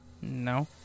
No